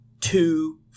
two